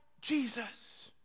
Jesus